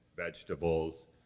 vegetables